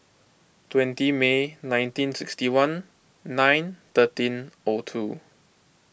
twenty May nineteen sixty one nine thirteen two